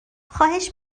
خواهش